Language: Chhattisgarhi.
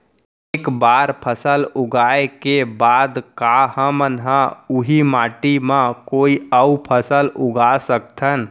एक बार फसल उगाए के बाद का हमन ह, उही माटी मा कोई अऊ फसल उगा सकथन?